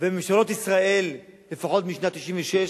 ובממשלות ישראל לפחות משנת 1996,